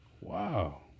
wow